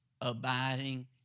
abiding